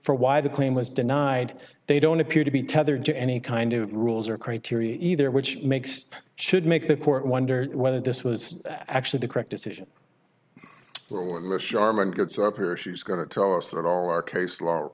for why the claim was denied they don't appear to be tethered to any kind of rules or criteria either which makes should make the court wonder whether this was actually the correct decision sharman gets up here she's going to tell us that all our case law